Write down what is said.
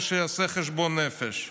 ושיעשה חשבון נפש.